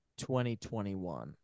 2021